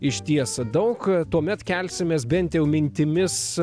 išties daug tuomet kelsimės bent jau mintimis